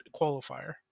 qualifier